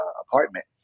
apartment